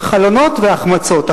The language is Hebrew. חלונות והחמצות.